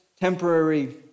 temporary